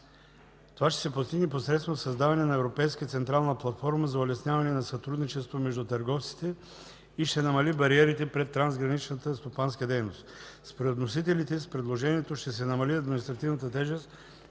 Това ще се постигне посредством създаване на европейска централна платформа за улесняване на сътрудничеството между търговците и ще намали бариерите пред трансграничната стопанска дейност. Според вносителите с предложението ще се намали административната тежест,